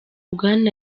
bwana